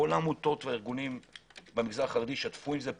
כל העמותות והארגונים במגזר החרדי ישתפו עם זה פעולה.